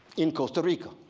in costa rica.